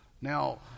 Now